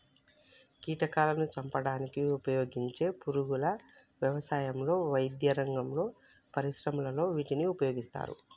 కీటకాలాను చంపడానికి ఉపయోగించే పురుగుల వ్యవసాయంలో, వైద్యరంగంలో, పరిశ్రమలలో వీటిని ఉపయోగిస్తారు